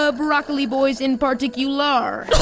ah broccoli boys in particular.